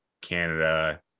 Canada